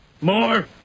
More